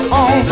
on